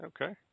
okay